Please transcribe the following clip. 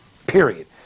period